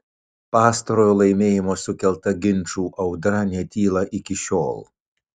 pastarojo laimėjimo sukelta ginčų audra netyla iki šiol